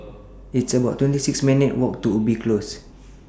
It's about twenty six minutes' Walk to Ubi Close